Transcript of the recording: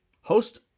Host